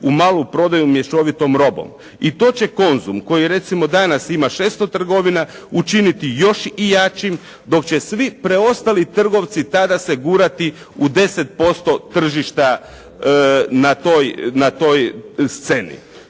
u maloprodaju mješovitom robom i to će „Konzum“ koji recimo danas ima 600 trgovina učiniti još jačim, dok će svi preostali trgovci tada se gurati u 10% tržišta na toj sceni.